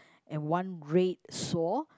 and one red saw